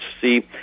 see